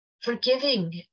forgiving